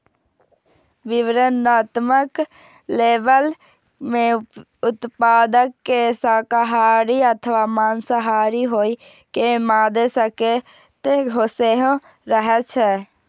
विवरणात्मक लेबल मे उत्पाद के शाकाहारी अथवा मांसाहारी होइ के मादे संकेत सेहो रहै छै